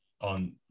on